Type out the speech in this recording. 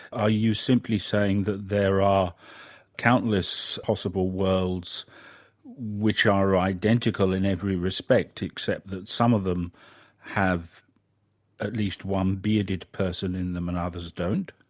are you simply saying that there are countless possible worlds which are are identical in every respect except that some of them have at least one bearded person in them and others don't?